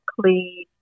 clean